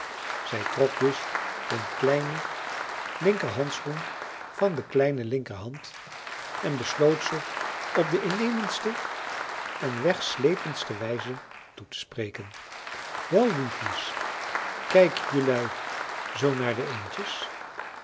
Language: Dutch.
zij trok dus den kleinen linkerhandschoen van de kleine linkerhand en besloot ze op de innemendste en wegslependste wijze toe te spreken wel liefjes kijk jelui zoo naar de eendjes